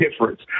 difference